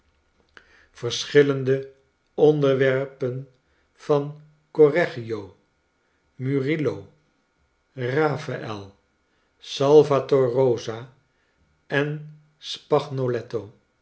verschillende onderwerpen van correggio murillo raphael salvator rosa en